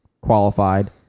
qualified